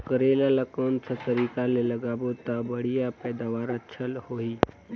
करेला ला कोन सा तरीका ले लगाबो ता बढ़िया पैदावार अच्छा होही?